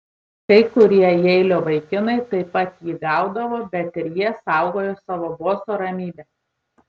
kai kurie jeilio vaikinai taip pat jį gaudavo bet ir jie saugojo savo boso ramybę